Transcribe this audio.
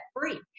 free